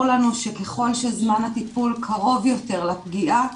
לנו שככל שזמן הטיפול קרוב יותר לפגיעה,